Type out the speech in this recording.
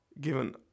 given